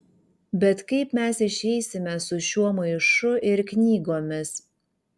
bet kaip mes išeisime su šiuo maišu ir knygomis